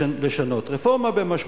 לשנות.